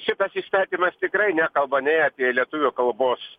šitas įstatymas tikrai nekalba nei apie lietuvių kalbos